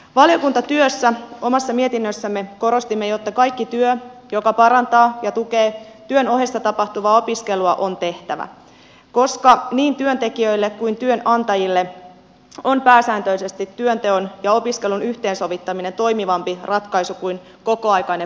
valiokuntatyössä ja omassa mietinnössämme korostimme sitä että kaikki työ joka parantaa ja tukee työn ohessa tapahtuvaa opiskelua on tehtävä koska niin työntekijöille kuin työnantajille on pääsääntöisesti työnteon ja opiskelun yhteensovittaminen toimivampi ratkaisu kuin kokoaikainen poissaolo työstä